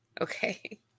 okay